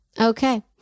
Okay